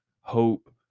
hope